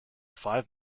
five